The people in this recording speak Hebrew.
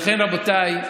לכן, רבותיי,